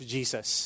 Jesus